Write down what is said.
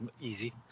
easy